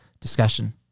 discussion